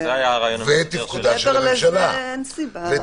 מעבר לזה אין סיבה.